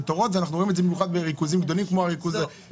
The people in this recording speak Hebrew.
ואנחנו רואים את זה במיוחד בריכוזים גדולים כמו הריכוז במגזר החרדי.